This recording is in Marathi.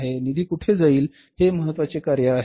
कोठून निधी येईल हे महत्त्वाचे कार्य आहे